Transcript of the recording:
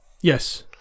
Yes